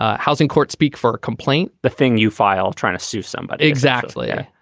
ah housing court speak for a complaint. the thing you file trying to sue somebody. exactly. yeah